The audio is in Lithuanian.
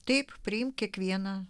taip priimk kiekvieną